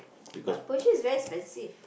but Persian is very expensive